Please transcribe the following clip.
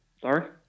Sorry